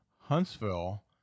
Huntsville